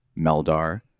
Meldar